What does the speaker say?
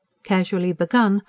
casually begun,